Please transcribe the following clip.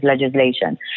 legislation